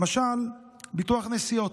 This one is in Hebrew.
למשל, ביטוח נסיעות,